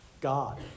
God